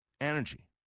energy